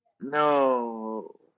No